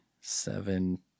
seven